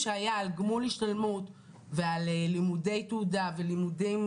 הן מגיעות למקומות העבודה והן עוזבות תוך